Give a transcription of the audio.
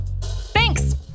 Thanks